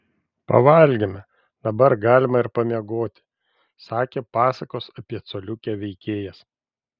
pavalgėme dabar galima ir pamiegoti sakė pasakos apie coliukę veikėjas